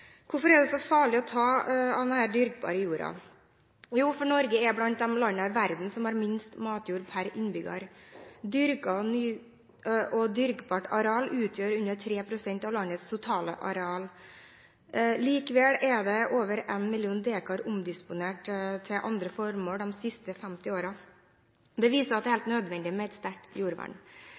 Hvorfor er det så farlig å ta av den dyrkbare jorda? Jo, for Norge er blant de landene i verden som har minst matjord per innbygger, og dyrkbart areal utgjør under 3 pst. av landets totale areal. Likevel er over 1 million dekar omdisponert til andre formål de siste 50 årene. Det viser at det er helt nødvendig med et sterkt jordvern.